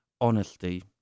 honesty